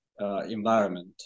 environment